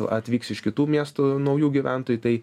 atvyks iš kitų miestų naujų gyventojų tai